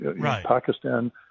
Pakistan